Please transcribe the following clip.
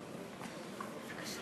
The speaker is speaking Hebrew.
בגין.